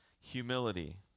humility